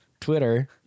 Twitter